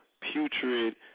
putrid